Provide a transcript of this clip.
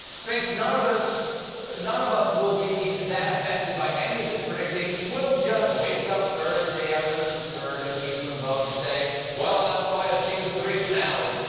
thinks none of us none of us will be that affected by any of this, predicting we'll just wake up thursday after this absurd impeachment vote and say well, that was quite a season three finale.